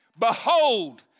Behold